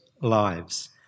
lives